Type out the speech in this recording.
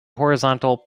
horizontal